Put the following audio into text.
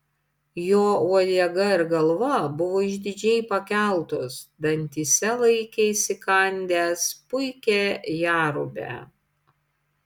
jo uodega ir galva buvo išdidžiai pakeltos dantyse laikė įsikandęs puikią jerubę